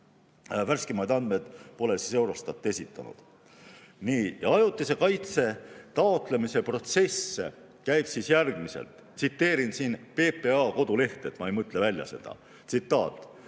Värskemaid andmeid pole Eurostat esitanud. Nii. Ajutise kaitse taotlemise protsess käib järgmiselt. Tsiteerin siin PPA kodulehte, ma ei mõtle välja seda.